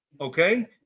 Okay